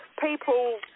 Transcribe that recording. people